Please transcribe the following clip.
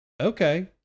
Okay